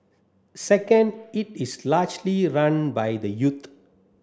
second it is largely run by the youth